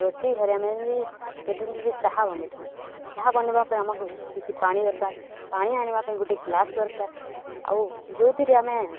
ରୋଷେଇ ଘରେ ଆମେ ଯେମିତି କେଟିଲରେ ଚାହା ବନେଇଥାଉ ଚାହା ବନେଇବା ପାଇଁ ଆମକୁ କିଛି ପାଣି ଦରକାର ପାଣି ଆଣିବା ପାଇଁ ଗୋଟେ ଗ୍ଲାସ୍ ଦରକାର ଆଉ ଯେଉଁଥିରେ ଆମେ